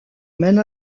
mène